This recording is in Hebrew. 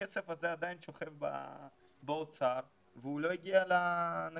הכסף הזה עדיין שוכב באוצר והוא לא הגיע לאזרחים,